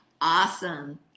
awesome